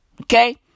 okay